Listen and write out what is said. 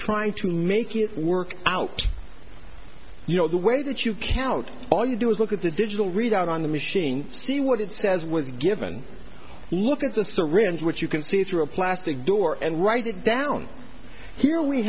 trying to make it work out you know the way that you can out all you do is look at the digital readout on the machine see what it says was given look at the syringe which you can see through a plastic door and write it down here we